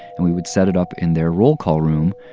and we would set it up in their roll call room.